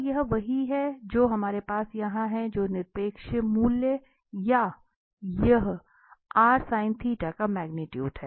तो यह वही है जो हमारे पास यहां है जो निरपेक्ष मूल्य या या का मैग्नीट्यूट हैं